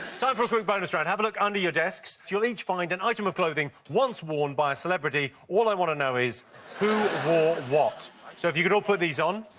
time for a quick bonus round. have a look under your desks. you'll each find an item of clothing once worn by a celebrity. all i want to know is who wore what? so if you could all put these on.